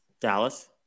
Dallas